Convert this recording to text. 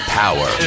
power